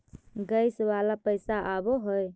Gas वाला पैसा आव है?